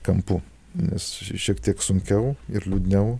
kampu nes šiek tiek sunkiau ir liūdniau